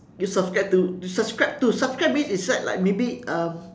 you subscribe to you subscribe to subscribe means it's like maybe um